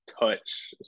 touch